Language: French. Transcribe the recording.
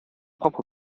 propres